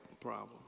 problem